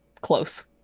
close